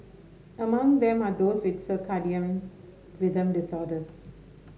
among them are those with circadian rhythm disorders